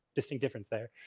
decent difference there,